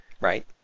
Right